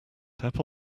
tap